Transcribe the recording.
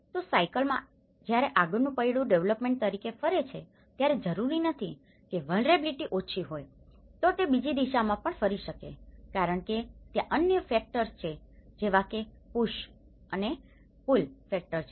તો સાયકલમાં જ્યારે આગળનું પૈડું ડેવેલપમેન્ટ તરફ ફરે છે ત્યારે જરૂરી નથી કે વલ્નરેબીલીટી ઓછી થઈ હોય તો તે બીજી દિશામાં પણ ફરી શકે છે કારણ કે ત્યાં અન્ય ફેકટર્સfectorપરિબળ છે જેવાકે પુશpushદબાણ અને પુલpullખેંચાણ ફેકટર્સ છે